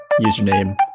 username